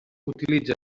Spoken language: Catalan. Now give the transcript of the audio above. utilitza